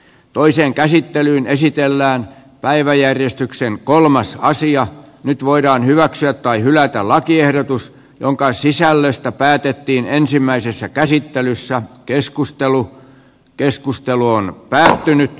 toiseen käsittelyyn esitellään päiväjärjestyksen kolmas kausi ja nyt voidaan hyväksyä tai hylätä lakiehdotus jonka sisällöstä päätettiin ensimmäisessä käsittelyssä keskustelu keskustelu on päättynyt